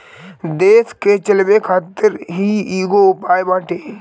देस के चलावे खातिर कर ही एगो उपाय बाटे